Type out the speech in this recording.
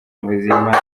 muzima